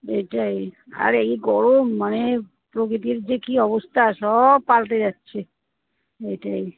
এটাই আর এই গরম মানে প্রকৃতির যে কি অবস্থা সব পাল্টে যাচ্ছে এইটাই